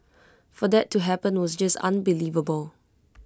for that to happen was just unbelievable